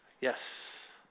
Yes